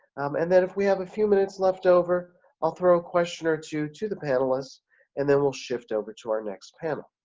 um and then if we have a few minutes left over i'll throw a question or two to the panelists and then we'll shift over to our next panel.